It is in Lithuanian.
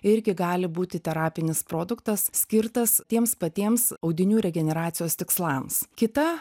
irgi gali būti terapinis produktas skirtas tiems patiems audinių regeneracijos tikslams kita